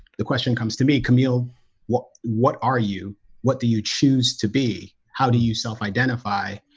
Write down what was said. the question comes to me camille what what are you what do you choose to be? how do you self-identify?